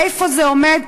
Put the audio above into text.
איפה זה עומד?